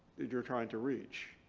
that you're trying to reach.